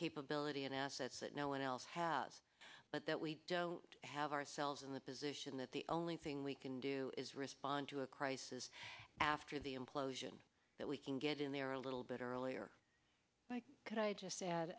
capability and assets that no one else has but that we don't have ourselves in the position that the only thing we can do is respond to a crisis after the implosion that we can get in there a little bit earlier could i just sa